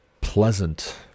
pleasant